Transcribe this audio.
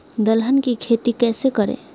दलहन की खेती कैसे करें?